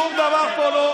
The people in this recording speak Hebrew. שום דבר פה לא,